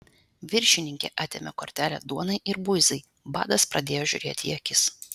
viršininkė atėmė kortelę duonai ir buizai badas pradėjo žiūrėti į akis